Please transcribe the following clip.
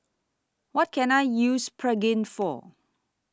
What Can I use Pregain For